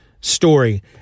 story